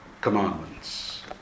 commandments